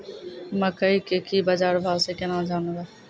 मकई के की बाजार भाव से केना जानवे?